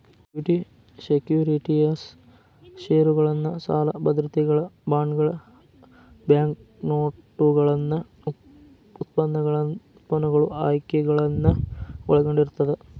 equity securities ಷೇರುಗಳನ್ನ ಸಾಲ ಭದ್ರತೆಗಳ ಬಾಂಡ್ಗಳ ಬ್ಯಾಂಕ್ನೋಟುಗಳನ್ನ ಉತ್ಪನ್ನಗಳು ಆಯ್ಕೆಗಳನ್ನ ಒಳಗೊಂಡಿರ್ತದ